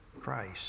Christ